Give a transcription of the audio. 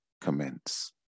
commence